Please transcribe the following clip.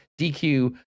DQ